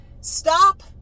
Stop